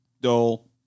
Dole